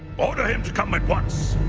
order him to come at once.